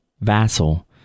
Vassal